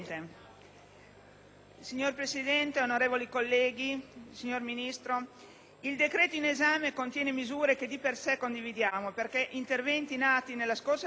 Signora Presidente, onorevoli colleghi, signor Ministro, il decreto in esame contiene misure che di per sé condividiamo, perché interventi nati nella scorsa legislatura